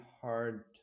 hard